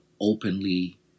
openly